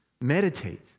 Meditate